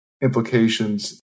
implications